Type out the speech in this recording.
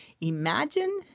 Imagine